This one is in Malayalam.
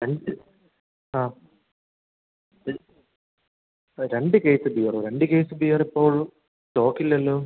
രണ്ട് ആ ഇത് അ രണ്ട് കേസ്സ് ബിയറൊ രണ്ട് കേസ് ബിയറിപ്പോൾ സ്റ്റോക്കില്ലല്ലോ